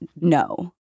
no